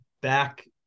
back